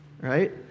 right